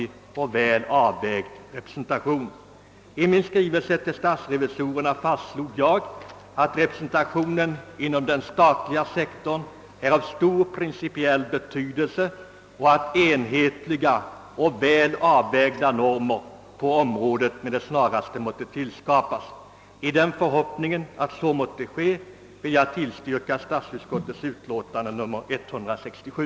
Nu hoppas jag att, efter det beslut som riksdagen nu kommer att fatta, sådana regler för den statliga representationen skapas, att vederbörande statliga myndigheter skall få möjlighet att utöva en förnuftig och väl avvägd representation. I förhoppningen att så måtte ske vill jag tillstyrka statsutskottets förslag i dess utlåtande nr 167.